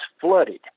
flooded